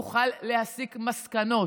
נוכל להסיק מסקנות,